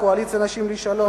"קואליציית נשים לשלום",